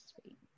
sweet